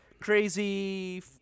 crazy